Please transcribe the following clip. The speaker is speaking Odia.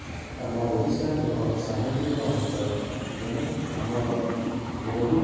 ଆମ ଓଡ଼ିଶା ଏକ ସାମୁଦ୍ରିକ ଅଞ୍ଚଳ ତେଣୁ ଆମର ବହୁତ